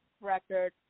record